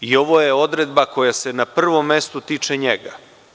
I ovo je odredba koja se na prvom mestu tiče njega.